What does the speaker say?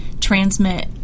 transmit